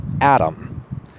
Adam